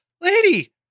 lady